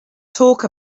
talk